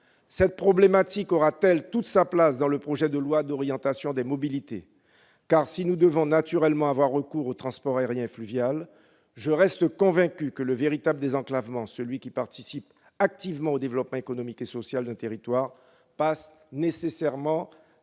Cette problématique aura-t-elle toute sa place dans le projet de loi d'orientation sur les mobilités ? Si nous devons naturellement avoir recours au transport aérien et au transport fluvial, je reste convaincu que le véritable désenclavement, celui qui participe activement au développement économique et social d'un territoire, passe nécessairement par la route.